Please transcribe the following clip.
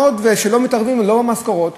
כשלא מתערבים לא במשכורות,